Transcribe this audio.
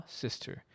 sister